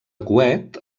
coet